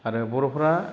आरो बर'फोरा